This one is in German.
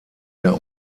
der